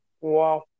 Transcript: Wow